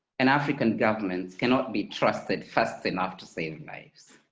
and african governments cannot be trusted fast enough to save lives.